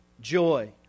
joy